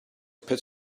put